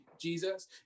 Jesus